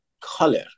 color